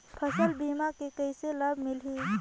फसल बीमा के कइसे लाभ मिलही?